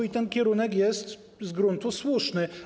I ten kierunek jest z gruntu słuszny.